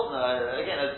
again